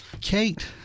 Kate